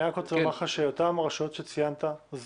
אני רק רוצה לומר לך שאותן רשויות שציינת זומנו,